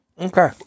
Okay